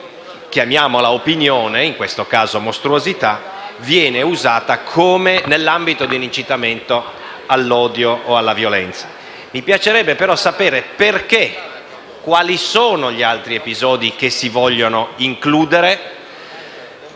chiamiamola così, ma in questo caso è una mostruosità - viene usata nell'ambito dell'incitamento all'odio o alla violenza. Mi piacerebbe però sapere quali sono gli altri episodi che si vogliono includere,